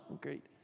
great